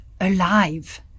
alive